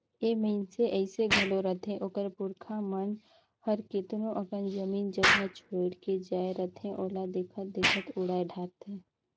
ए मइनसे अइसे घलो रहथें ओकर पुरखा मन हर केतनो अकन जमीन जगहा छोंएड़ के जाए रहथें ओला देखत देखत उड़ाए धारथें